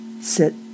Sit